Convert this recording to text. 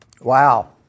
Wow